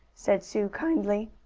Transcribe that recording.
said sue kindly.